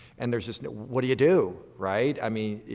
and there's just, what do you do right? i mean,